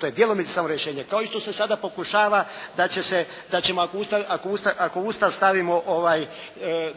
To je djelomice samo rješenje. Kao isto se sada pokušava da će se, da ćemo ako Ustav stavimo